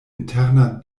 interna